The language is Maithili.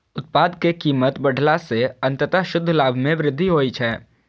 उत्पाद के कीमत बढ़ेला सं अंततः शुद्ध लाभ मे वृद्धि होइ छै